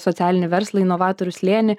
socialinį verslą inovatorių slėnį